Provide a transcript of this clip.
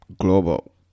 global